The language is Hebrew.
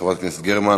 חברת הכנסת גרמן.